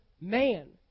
man